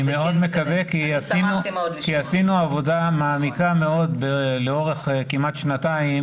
אני מאוד מקווה כי עשינו עבודה מעמיקה מאוד לאורך כמעט שנתיים